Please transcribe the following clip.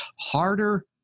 harder